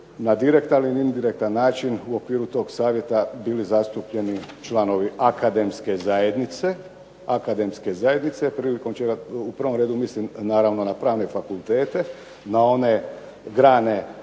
na direktan ili indirektan način u okviru tog savjeta, bili zastupljeni članovi akademske zajednice, prilikom čega u prvom redu mislim naravno na pravne fakultete, na one grane